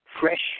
fresh